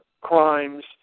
crimes